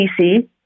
PC